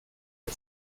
dos